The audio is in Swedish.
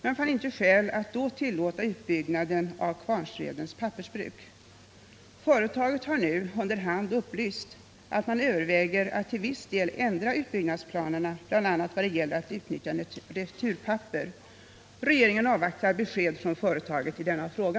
Man fann inte skäl att då tillåta utbyggnaden av Kvarnsvedens Pappersbruk. Företaget har nu under hand upplyst att man överväger att till viss del ändra utbyggnadsplanerna bl.a. vad gäller att utnyttja returpapper. Regeringen avvaktar besked från företaget i denna fråga.